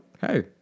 Hey